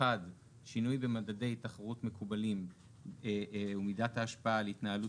שינוי במדדי תחרות מקובלים ומידת ההשפעה על התנהלות